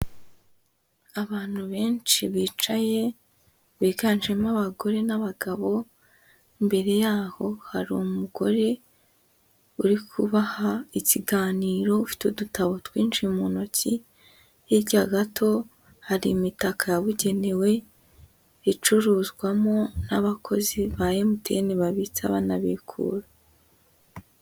Abantu benshi bicaye biganjemo abagore n'abagabo, imbere yaho hari umugore urikuha ikiganiro ufite udutabo twinshi mu ntoki, hirya gato hari imitaka yabugenewe icuruzwamo n'abakozi ba MTN, babitsa banabikura.